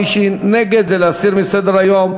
מי שנגד זה להסיר מסדר-היום.